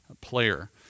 player